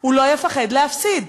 הוא לא יפחד להפסיד.